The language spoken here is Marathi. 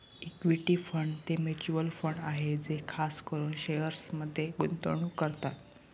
इक्विटी फंड ते म्युचल फंड आहे जे खास करून शेअर्समध्ये गुंतवणूक करतात